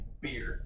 beer